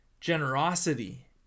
generosity